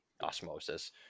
osmosis